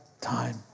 time